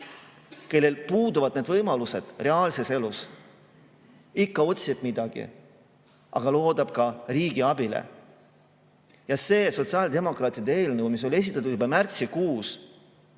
kellel puuduvad võimalused reaalses elus, ikka otsib midagi, aga loodab ka riigi abile. See sotsiaaldemokraatide eelnõu, mis esitati juba märtsikuus,